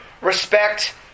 respect